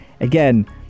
Again